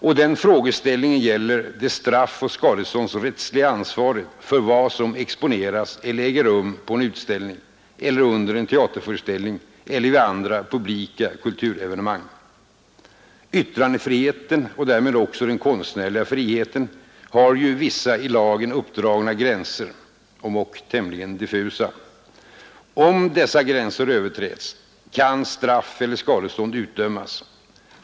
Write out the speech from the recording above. Och den frågeställningen gäller det straffoch skadeståndsrättsliga ansvaret för vad som exponeras eller äger rum på en utställning eller under en teaterföreställning eller vid andra publika kulturevenemang. Yttrandefriheten, och därmed också den konstnärliga friheten, har ju vissa i lagen uppdragna gränser, om ock tämligen diffusa. Om dessa gränser överträds, kan straffeller skadestånd utdömas.